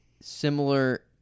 similar